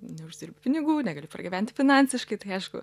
neuždirbi pinigų negali pragyventi finansiškai tai aišku